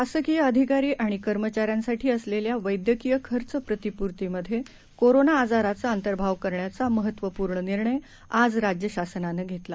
शासकीयअधिकारीआणिकर्मचाऱ्यांसाठीअसलेल्यावैद्यकीयखर्चप्रतिपूर्तीमध्येकोरोनाआजाराचाअंतर्भावकरण्याचामहत्वपूर्णनिर्ण यआजराज्यशासनानंघेतला